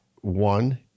One